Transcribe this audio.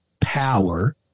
power